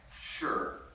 Sure